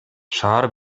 шаар